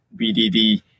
BDD